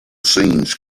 scenes